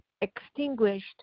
extinguished